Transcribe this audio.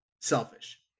selfish